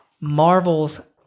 Marvel's